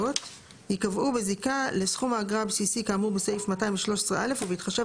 זה ייקבעו בזיקה לסכום האגרה הבסיסי כאמור בסעיף 213(א) ובהתחשב